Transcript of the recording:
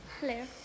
Hello